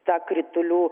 ta kritulių